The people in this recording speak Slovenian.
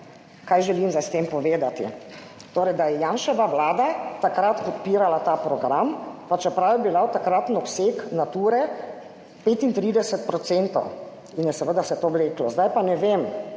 Kaj želim zdaj s tem povedati? Torej, da je Janševa vlada takrat podpirala ta program, pa čeprav je bila takraten obseg Nature 35 % in je seveda se to vleklo. Zdaj pa ne vem,